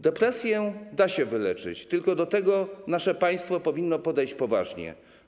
Depresję da się wyleczyć, tylko do tego nasze państwo powinno podejść poważnie.